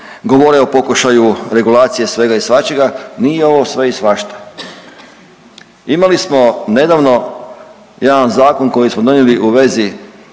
Govore o pokušaju regulacije svega i svačega, nije ovo sve i svašta. Imali smo nedavno jedan zakon koji smo donijeli u vezi